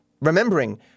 remembering